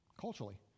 culturally